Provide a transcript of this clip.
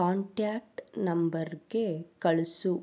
contact ನಂಬರ್ಗೆ ಕಳಿಸು